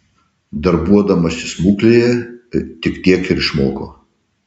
darbuodamasi smuklėje tik tiek ir išmoko